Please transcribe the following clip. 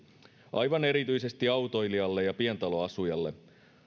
aivan erityisesti autoilijalle ja pientaloasujalle